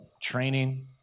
training